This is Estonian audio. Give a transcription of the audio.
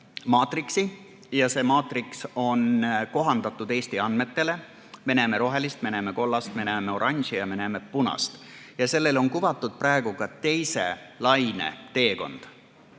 töötanud, see maatriks on kohandatud Eesti andmetele. Me näeme rohelist, me näeme kollast, me näeme oranži ja me näeme punast. Siin on kuvatud ka teise laine teekond.